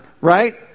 Right